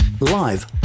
live